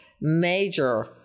major